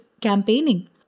campaigning